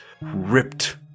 ripped